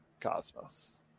Cosmos